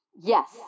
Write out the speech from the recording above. Yes